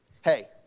hey